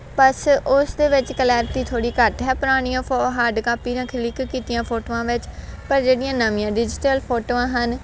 ਬਸ ਉਸ ਦੇ ਵਿੱਚ ਕਲੈਰਟੀ ਥੋੜ੍ਹੀ ਘੱਟ ਹੈ ਪੁਰਾਣੀਆਂ ਫੋ ਹਾਰਡ ਕਾਪੀ ਨਾਲ ਕਲਿੱਕ ਕੀਤੀਆਂ ਫੋਟੋਆਂ ਵਿੱਚ ਪਰ ਜਿਹੜੀਆਂ ਨਵੀਆਂ ਡਿਜੀਟਲ ਫੋਟੋਆਂ ਹਨ